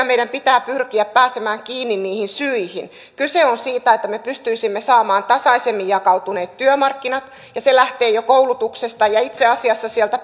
meidän pitää pyrkiä pääsemään kiinni niihin syihin kyse on siitä että me pystyisimme saamaan tasaisemmin jakautuneet työmarkkinat ja se lähtee jo koulutuksesta ja itse asiassa sieltä